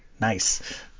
Nice